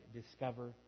discover